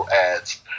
ads